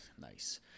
Nice